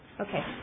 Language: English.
Okay